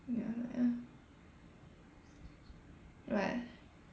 ya ya what